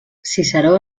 ciceró